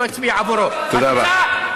סקר בישראל,